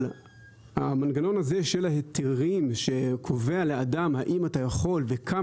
אבל המנגנון הזה של ההיתרים שקובע לאדם האם אתה יכול וכמה